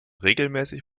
regelmäßig